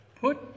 put